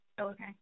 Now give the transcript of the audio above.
Okay